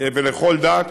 ולכל דת.